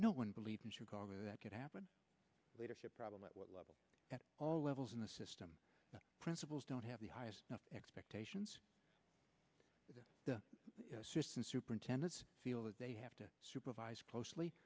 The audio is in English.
no one believed in chicago that could happen leadership problem at what level at all levels in the system that principals don't have the highest expectations within the system superintendents feel that they have to supervise closely